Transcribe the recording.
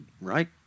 right